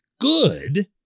good